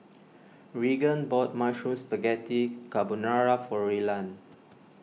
Reagan bought Mushroom Spaghetti Carbonara for Rylan